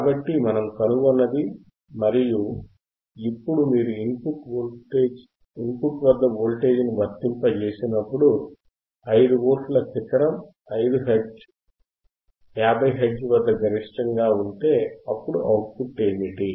కాబట్టి మనము కనుగొన్నది మరియు ఇప్పుడు మీరు ఇన్ పుట్ వద్ద వోల్టేజ్ను వర్తింపజేసినప్పుడు 5 వోల్ట్ల శిఖరం 50 హెర్ట్జ్ వద్ద గరిష్టంగా ఉంటే అప్పుడు అవుట్పుట్ ఏమిటి